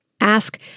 Ask